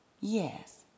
Yes